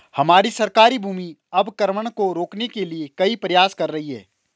हमारी सरकार भूमि अवक्रमण को रोकने के लिए कई प्रयास कर रही है